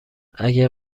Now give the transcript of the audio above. اگه